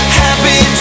happy